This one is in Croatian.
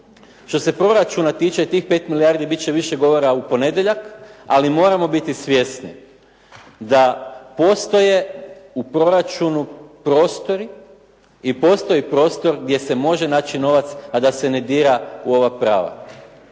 što se proračuna tiče i tih 5 milijardi biti će više govora u ponedjeljak. Ali moramo biti svjesni da postoje u proračunu prostori. I postoji prostor gdje se može naći novac a da se ne dira u ova prava.